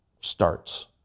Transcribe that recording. starts